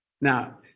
Now